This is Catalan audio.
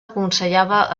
aconsellava